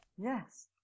Yes